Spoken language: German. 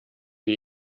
die